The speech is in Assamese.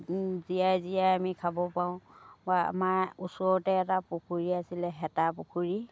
জীয়াই জীয়াই আমি খাব পাৰোঁ আকৌ আমাৰ ওচৰতে এটা পুখুৰী আছিলে হেতা পুখুৰী